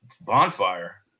bonfire